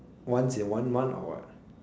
once in one month or what